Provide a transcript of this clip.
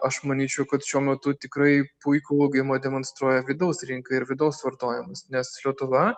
aš manyčiau kad šiuo metu tikrai puikų augimą demonstruoja vidaus rinka ir vidaus vartojimas nes lietuva